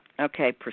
okay